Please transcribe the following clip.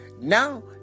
now